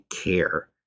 care